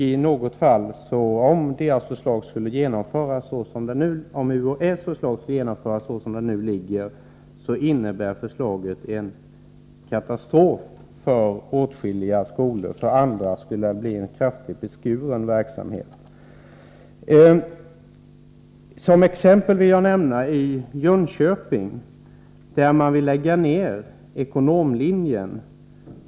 Om UHÄ:s förslag skulle genomföras såsom det nu ligger, innebär det en katastrof för 107 åtskilliga skolor. För andra skulle det bli en kraftigt beskuren verksamhet. Som exempel vill jag nämna högskolan i Jönköping, där man vill lägga ned ekonomlinjen.